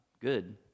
Good